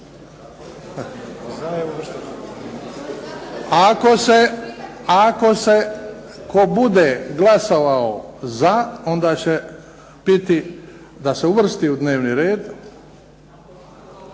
Ako se tko bude glasovao za onda će biti da se uvrsti u dnevni red.